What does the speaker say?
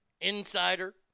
Insider